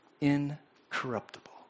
incorruptible